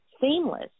seamless